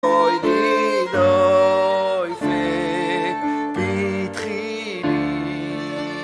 אוי, דידוי, זה פתחי לי